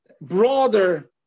broader